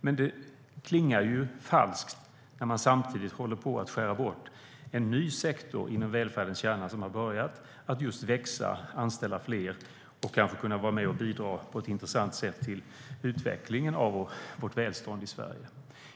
Men det klingar falskt när man samtidigt håller på att skära bort en ny sektor inom välfärdens kärna som har börjat att just växa, anställa fler och kanske kunna vara med och bidra på ett intressant sätt till utvecklingen av vårt välstånd i Sverige.